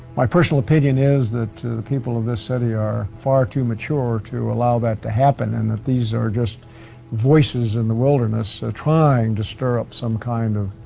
my personal opinion is that the people of this city are far too mature to allow that to happen and that these are just voices in the wilderness ah trying to stir up some kind of,